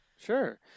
Sure